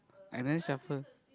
I never shuffle